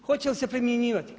Hoće li se primjenjivati?